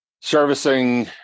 servicing